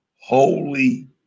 Holy